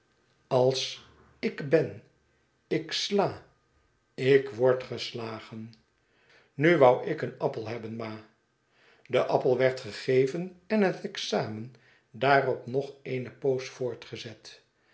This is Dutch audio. als ik ben ik sla ik word geslagen nu wou ik een appel hebben ma be appel werd gegeven en het examen daarop nog eene poos voortgezet